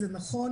זה נכון,